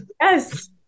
Yes